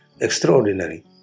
extraordinary